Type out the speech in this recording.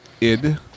Id